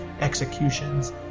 executions